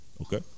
Okay